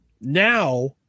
Now